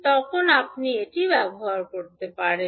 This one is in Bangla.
তখন আপনি এটি ব্যবহার করতে পারেন